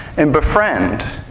and befriend.